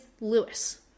Lewis